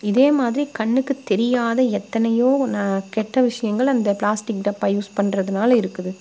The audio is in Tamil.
இதே மாதிரி கண்ணுக்கு தெரியாத எத்தனையோ கெட்ட விஷயங்கள் அந்த பிளாஸ்டிக் டப்பா யூஸ் பண்ணுறதுனால இருக்குது